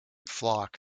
flock